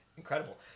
incredible